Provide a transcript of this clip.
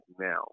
now